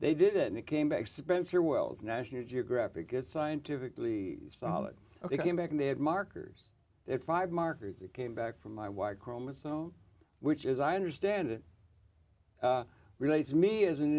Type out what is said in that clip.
they did it and it came back spencer wells national geographic is scientifically solid ok came back and they had markers five markers that came back from my white chromosome which is i understand it relates me as an